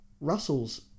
Russell's